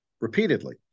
repeatedly